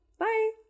Bye